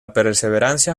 perseverancia